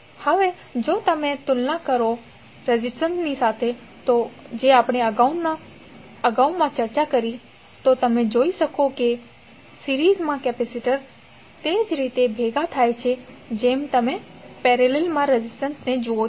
હવે જો તમે તેની તુલના રેઝિસ્ટન્સ સાથે સંબંધિત અગાઉની ચર્ચા સાથે કરો તો તમે જોઈ શકો છો કે સિરીઝમાં કેપેસિટર તે જ રીતે ભેગા થાય છે જેમ તમે પેરેલલમાં રેઝિસ્ટન્સને જુઓ છો